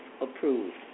approved